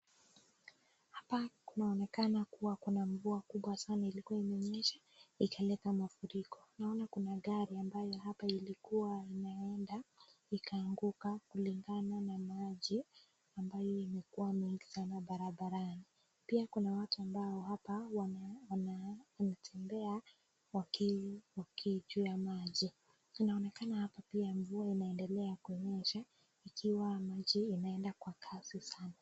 Hapa kunaonekana kuwa kuna mvua kubwa sana ilikuwa inanyesha ikaleta mafuriko. Naona kuna gari ambayo hapa ilikuwa inaenda ikaanguka kulingana na maji ambayo imekuwa mengi sana barabarani. Pia kuna watu ambao hapa wanatembea wakiwa juu ya maji. Inaonekana hapa pia mvua inaendelea kunyesha ikiwa maji inaenda kwa kasi sana.